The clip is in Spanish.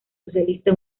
socialista